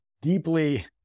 deeply